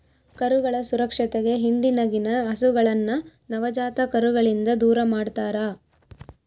ಕರುಗಳ ಸುರಕ್ಷತೆಗೆ ಹಿಂಡಿನಗಿನ ಹಸುಗಳನ್ನ ನವಜಾತ ಕರುಗಳಿಂದ ದೂರಮಾಡ್ತರಾ